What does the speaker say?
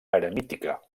eremítica